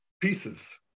pieces